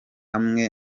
hamwe